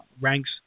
ranks